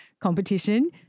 competition